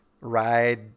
ride